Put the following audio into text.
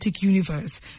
Universe